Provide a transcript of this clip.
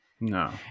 no